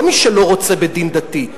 לא מי שלא רוצה בדין דתי,